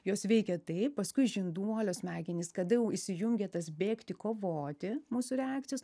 jos veikia taip paskui žinduolio smegenys kada jau įsijungia tas bėgti kovoti mūsų reakcijos